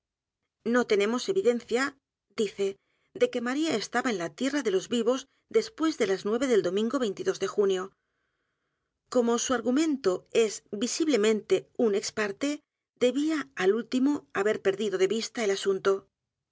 no tenemos evidencia dice de que maría estaba en la tierra de los vivos después de las nueve del domingo de junio como su argumento es visiblemente un ex parte debía al último haber perdido de vista el